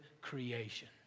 creation